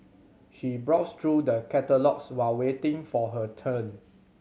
she browsed through the catalogues while waiting for her turn